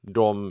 de